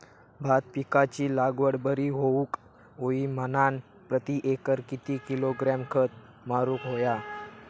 भात पिकाची लागवड बरी होऊक होई म्हणान प्रति एकर किती किलोग्रॅम खत मारुक होया?